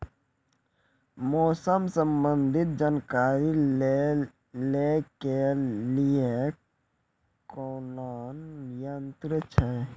मौसम संबंधी जानकारी ले के लिए कोनोर यन्त्र छ?